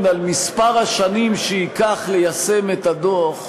על מספר השנים שייקח ליישם את הדוח,